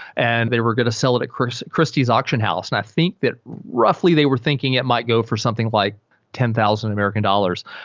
and they were going to sell it at christie's christie's auction house. and i think that roughly they were thinking it might go for something like ten thousand american dollars.